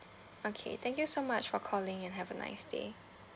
okay thank you so much for calling and have a nice day